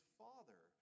father